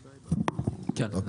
כן.